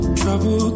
trouble